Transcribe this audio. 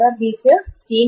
यह 37 है यह 37 है